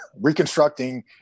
Reconstructing